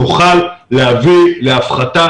נוכל להביא להפחתה